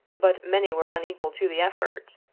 but many were unequal to the effort.